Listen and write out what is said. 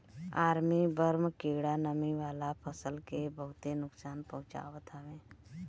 army worm कीड़ा नमी वाला फसल के बहुते नुकसान पहुंचावत हवे